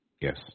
yes